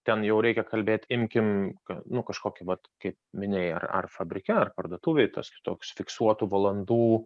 ten jau reikia kalbėti imkim nu kažkokį vat kaip minėjai ar fabrike ar parduotuvėj tas toks fiksuotų valandų